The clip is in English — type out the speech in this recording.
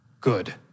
good